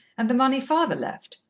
and the money father left.